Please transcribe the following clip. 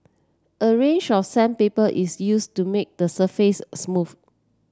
a range of sandpaper is used to make the surface smooth